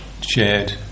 shared